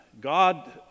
God